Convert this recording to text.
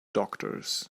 doctors